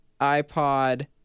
iPod